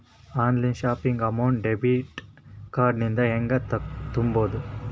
Online shopping amount debit card ಇಂದ ಹೆಂಗ್ ತುಂಬೊದು?